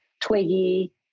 twiggy